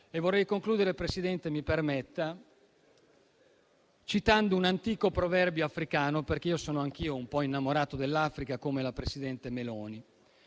Vorrei concludere - mi permetta, Presidente - citando un antico proverbio africano, perché sono anch'io un po' innamorato dell'Africa, come la presidente Meloni.